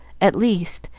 at least,